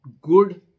good